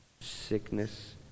sickness